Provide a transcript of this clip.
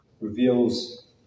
Reveals